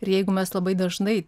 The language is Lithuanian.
ir jeigu mes labai dažnai